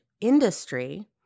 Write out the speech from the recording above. industry